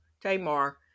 Tamar